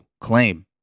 claim